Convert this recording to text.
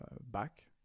back